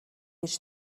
гэж